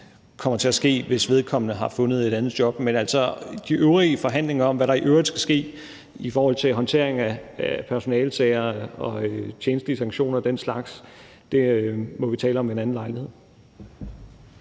kommer til at ske, fordi vedkommende har fundet et andet job. Men altså, de øvrige forhandlinger om, hvad der i øvrigt skal ske i forhold til håndteringen af personalesager og tjenstlige sanktioner og den slags, må vi tale om ved en anden lejlighed.